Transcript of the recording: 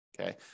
okay